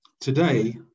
Today